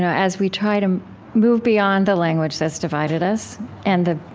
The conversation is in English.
and as we try to move beyond the language that's divided us and the